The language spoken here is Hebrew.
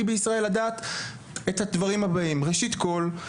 בישראל לדעת את הדברים הבאים: ראשית כל,